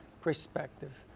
perspective